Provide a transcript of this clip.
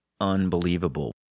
unbelievable